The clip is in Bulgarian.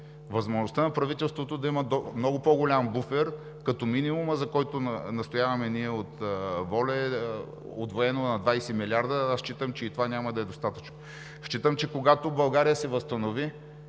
възможността на правителството да има много по-голям буфер, като минимумът, за който настояваме ние от ВОЛЯ, е удвоено на 20 милиарда, а считам, че и това няма да е достатъчно. Считам, че когато България се възстанови,